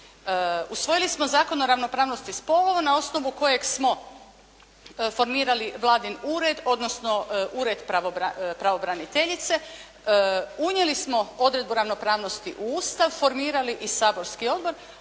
usvojili smo Zakon o ravnopravnosti spolova na osnovu kojeg smo formirali vladin ured, odnosno ured pravobraniteljice, unijeli smo Odredbu o ravnopravnosti u Ustav, formirali i Saborski odbor,